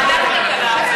ועדת כלכלה.